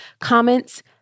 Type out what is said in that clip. comments